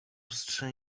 ostatnio